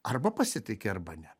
arba pasitiki arba ne